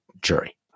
jury